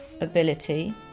ability